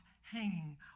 hanging